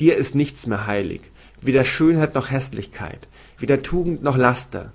dir ist nichts mehr heilig weder schönheit noch häßlichkeit weder tugend noch laster